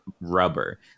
rubber